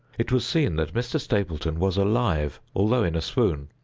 it was seen that mr. stapleton was alive, although in a swoon.